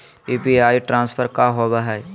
UPI transfer का होव हई?